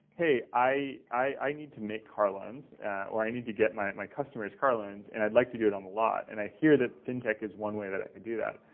hey, i i need to make car loans or i need to get my my customers car loans. and i'd like to do it on the lot. and i hear that fintech is one way that i could do that.